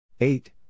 Eight